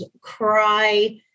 cry